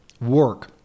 work